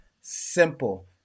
simple